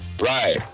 Right